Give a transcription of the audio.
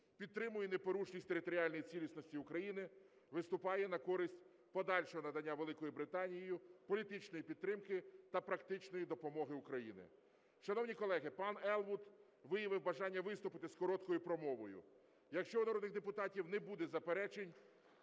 підтримує непорушність територіальної цілісності України, виступає на користь подальшого надання Великою Британією політичної підтримки та практичної допомоги України. Шановні колеги, пан Елвуд виявив бажання виступити з короткою промовою. Якщо в народних депутатів не буде заперечень...